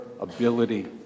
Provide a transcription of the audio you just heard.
ability